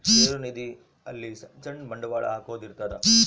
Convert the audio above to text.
ಷೇರು ನಿಧಿ ಅಲ್ಲಿ ಸಣ್ ಸಣ್ ಬಂಡವಾಳ ಹಾಕೊದ್ ಇರ್ತದ